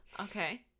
Okay